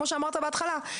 כמו שאמרת בהתחלה,